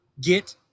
get